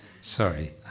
Sorry